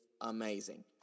Amazing